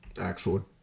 actual